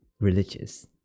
religious